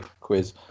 quiz